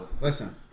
Listen